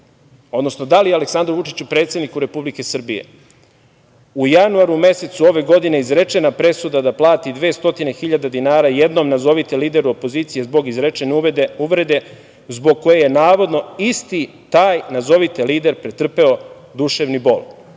odnosno da li je Aleksandru Vučiću predsedniku Republike Srbije u januaru mesecu ove godine izrečena presuda da plati dve stotine hiljade dinara jednom nazovite lideru opozicije zbog izrečene uvrede zbog koje je navodno isti taj nazovite lider pretrpeo duševni bol.